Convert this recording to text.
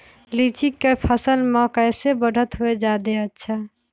लिचि क फल म कईसे बढ़त होई जादे अच्छा?